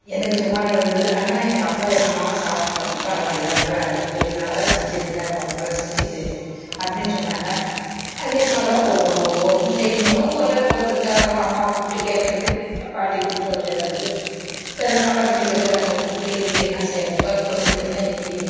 எனக்கு சுமாராக இருந்தது ஆனால் எங்கள் அப்பா எங்கள் அம்மாவெல்லாம் சாப்பிட்டு பார்த்துட்டு பரவாயில்ல நல்லா இருக்குது நல்லாதான் செஞ்சுருக்குற மொதல் முதல்ல செஞ்சது அப்படின்னு சொன்னாங்க அதே மாதிரிதான் ஒவ்வொரு ஒவ்வொன்றும் செய்யும் போதும் ஒரு ஒருத்தர் தேவைன்னா அம்மாவை கூப்பிட்டு கேட்கறது பாட்டியை கூப்பிட்டு கேட்கறது இல்லைனா பக்கத்து வீட்டில் இருக்கறவங்கள கூப்பிட்டு இதுக்கு என்ன செய்கிறது பருப்பு கொழம்பு வைக்கிறதுனா எப்படி